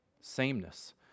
sameness